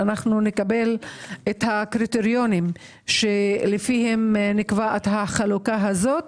שנקבל את הקריטריונים שלפיהם נקבעת החלוקה הזאת,